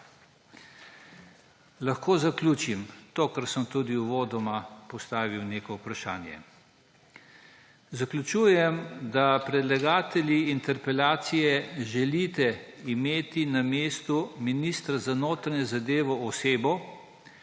Lahko zaključim s tem, ko sem tudi uvodoma postavil neko vprašanje. Zaključujem, da predlagatelji interpelacije želite imeti na mestu ministra za notranje zadeve osebo,